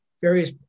various